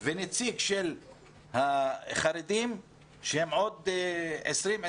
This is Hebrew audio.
ונציג של החרדים שהם עוד 25%-20%.